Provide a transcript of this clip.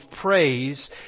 praise